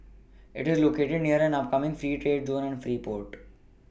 it is located near an upcoming free trade zone and free port